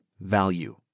value